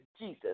Jesus